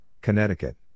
Connecticut